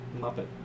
Muppet